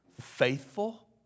faithful